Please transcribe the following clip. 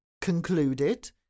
concluded